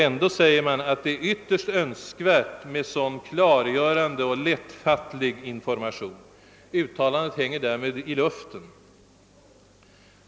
Ändå anser man att det är ytterst önskvärt med sådan klarläggande och lättfattlig information. Det uttalandet hänger därmed i luften.